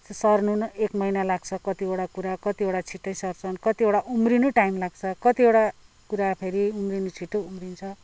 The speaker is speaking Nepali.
त्यो सर्नैमा एक महिना लाग्छ कतिवटा कुरा कतिवटा छिटै सर्छन् कतिवटा उम्रिनु टाइम लाग्छ कतिवटा कुरा फेरि उम्रिनु छिटो उम्रिन्छ